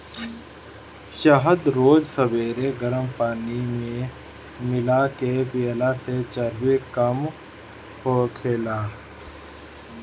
शहद रोज सबेरे गरम पानी में मिला के पियला से चर्बी कम होखेला